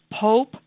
Pope